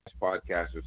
podcasters